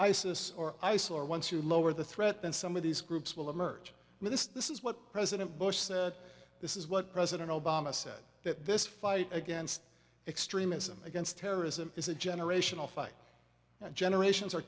isis or ice or once you lower the threat then some of these groups will emerge and this is what president bush said this is what president obama said that this fight against extremism against terrorism is a generational fight that generations are